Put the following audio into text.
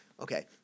Okay